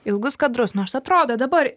ilgus kadrus nors atrodo dabar